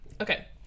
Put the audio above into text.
Okay